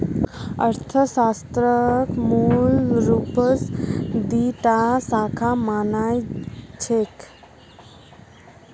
अर्थशास्त्रक मूल रूपस दी टा शाखा मा न छेक